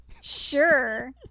Sure